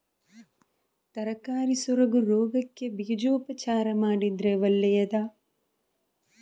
ತರಕಾರಿ ಸೊರಗು ರೋಗಕ್ಕೆ ಬೀಜೋಪಚಾರ ಮಾಡಿದ್ರೆ ಒಳ್ಳೆದಾ?